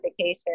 vacation